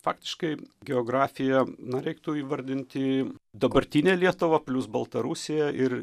faktiškai geografija na reiktų įvardinti dabartinė lietuva plius baltarusija ir